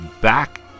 back